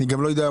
אני גם לא יודע,